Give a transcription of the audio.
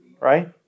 right